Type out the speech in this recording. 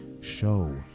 show